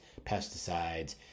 pesticides